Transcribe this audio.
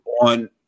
on